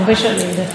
דרך אגב,